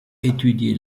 étudié